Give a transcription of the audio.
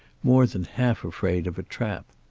more than half afraid of a trap.